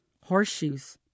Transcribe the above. Horseshoes